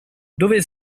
dove